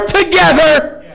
together